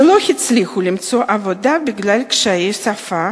שלא הצליחו למצוא עבודה בגלל קשיי שפה,